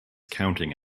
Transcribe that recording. counting